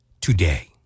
Today